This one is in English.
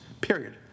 period